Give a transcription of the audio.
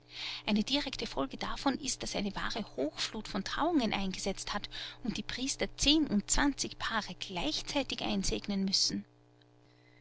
eine direkte folge davon ist daß eine wahre hochflut von trauungen eingesetzt hat und die priester zehn und zwanzig paare gleichzeitig einsegnen müssen